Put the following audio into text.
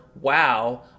wow